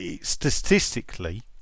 statistically